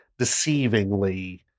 deceivingly